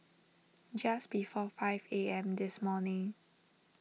just before five A M this morning